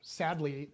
sadly